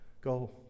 go